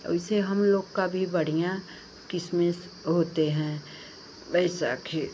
वैसे हमलोग का भी बढ़ियाँ क्रिसमस होते हैं बैसाखी